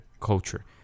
culture